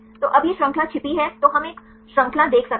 तो अब यह श्रृंखला छिपी है तो हम एक श्रृंखला देख सकते हैं